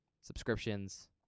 subscriptions